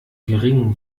geringen